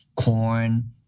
corn